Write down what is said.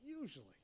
usually